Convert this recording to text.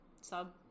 sub